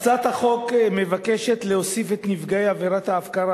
הצעת החוק מבקשת להוסיף את נפגעי עבירת ההפקרה,